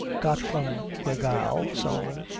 got from gra gal sullivan,